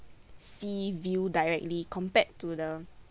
sea view directly compared to the